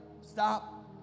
stop